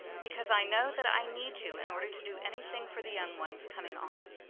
because i know that i need you in order to do anything for the young ones coming on.